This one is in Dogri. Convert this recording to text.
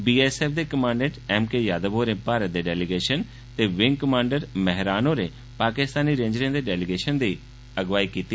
बी एस एफ दे कमांडेंट एम के यादव होरें भारत दे डैलीगेशन ते विंग कमांडर महरान होरें पाकिस्तानी रेंजरें दे डैलीगेशन दी अगुवाई कीती